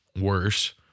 worse